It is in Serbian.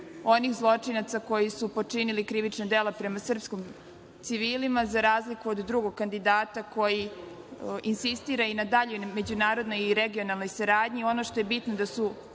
onih zločinaca koji su počinili krivično delo prema srpskim civilima za razliku od drugog kandidata koji insistira i na daljoj međunarodnoj i regionalnoj saradnji. Ono što je bitno da su